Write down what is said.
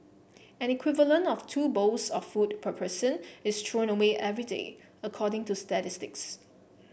an equivalent of two bowls of food per person is thrown away every day according to statistics